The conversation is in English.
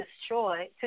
destroy